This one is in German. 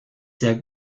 sehr